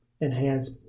enhance